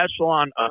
echelon